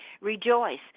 Rejoice